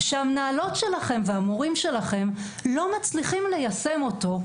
שהמנהלות שלכם והמורים שלכם לא מצליחים ליישם אותו,